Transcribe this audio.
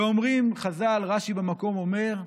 ואומרים חז"ל, רש"י במקום אומר: